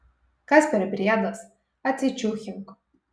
kas per briedas atsičiūchink